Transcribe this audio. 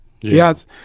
Yes